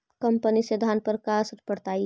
कम पनी से धान पर का असर पड़तायी?